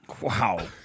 wow